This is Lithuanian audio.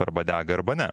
arba dega arba ne